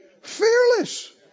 fearless